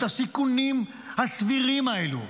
את הסיכונים הסבירים האלו.